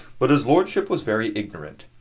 but his lordship was very ignorant.